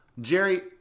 Jerry